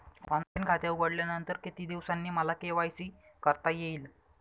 Online खाते उघडल्यानंतर किती दिवसांनी मला के.वाय.सी करता येईल?